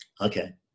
Okay